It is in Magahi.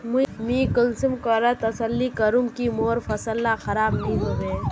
मुई कुंसम करे तसल्ली करूम की मोर फसल ला खराब नी होबे?